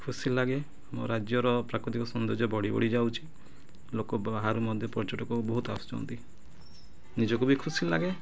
ଖୁସି ଲାଗେ ଆମ ରାଜ୍ୟର ପ୍ରାକୃତିକ ସୌନ୍ଦର୍ଯ୍ୟ ବଢ଼ି ବଢ଼ିଯାଉଛି ଲୋକ ବାହାରୁ ମଧ୍ୟ ପର୍ଯ୍ୟଟକ ବହୁତ ଆସୁଛନ୍ତି ନିଜକୁ ବି ଖୁସି ଲାଗେ